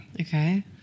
Okay